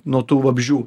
nuo tų vabzdžių